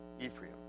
Ephraim